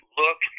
look